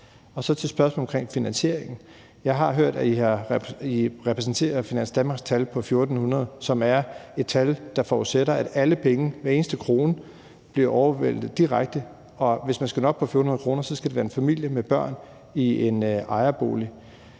til spørgsmålet om finansieringen: Jeg har hørt, at I har repeteret Finans Danmarks tal på 1.400 kr., som er et tal, der forudsætter, at alle penge, hver eneste krone, bliver overvæltet direkte. Og hvis man skal nå op på 1.400 kr., skal det være en familie med børn i en ejerbolig.